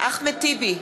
אחמד טיבי,